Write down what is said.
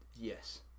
yes